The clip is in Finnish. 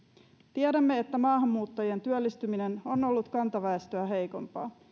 tiedämme että maahanmuuttajien työllistyminen on ollut kantaväestöä heikompaa